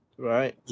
Right